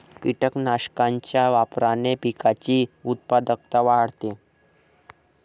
कीटकनाशकांच्या वापराने पिकाची उत्पादकता वाढते